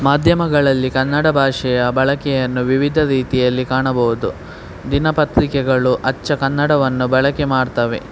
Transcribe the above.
ಮಾಧ್ಯಮಗಳಲ್ಲಿ ಕನ್ನಡ ಭಾಷೆಯ ಬಳಕೆಯನ್ನು ವಿವಿಧ ರೀತಿಯಲ್ಲಿ ಕಾಣಬಹುದು ದಿನಪತ್ರಿಕೆಗಳು ಅಚ್ಚ ಕನ್ನಡವನ್ನು ಬಳಕೆ ಮಾಡ್ತವೆ